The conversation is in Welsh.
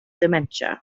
dementia